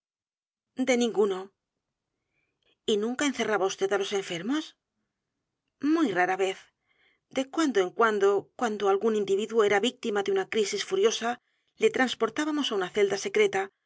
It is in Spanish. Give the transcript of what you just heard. de ninguno y nunca encerraba vd á los enfermos muy rara vez de cuando en cuando cuando algún individuo era víctima de una crisis furiosa le transportábamos á una celda secreta